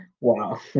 wow